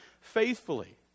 faithfully